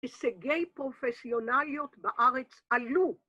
‫הישגי פרופשיונליות בארץ עלו.